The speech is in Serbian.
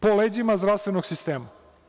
Po leđima zdravstvenog sistema.